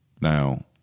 Now